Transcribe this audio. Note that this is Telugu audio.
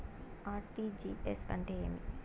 ఆర్.టి.జి.ఎస్ అంటే ఏమి